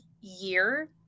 year